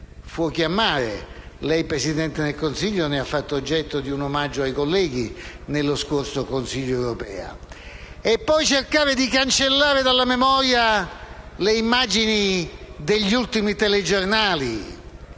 «Fuocoammare» - lei, Presidente del Consiglio, ne ha fatto oggetto di un omaggio ai colleghi nello scorso Consiglio europeo - e poi cercare di cancellare dalla memoria le immagini degli ultimi telegiornali?